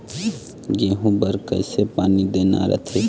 गेहूं बर कइसे पानी देना रथे?